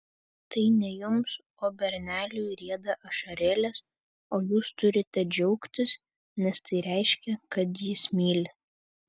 tai ne jums o berneliui rieda ašarėlės o jūs turite džiaugtis nes tai reiškia kad jis myli